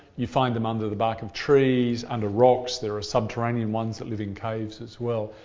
you find them under the bark of trees, under rocks. there are subterranean ones that live in caves as well,